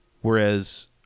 Whereas